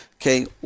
okay